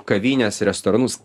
kavines restoranus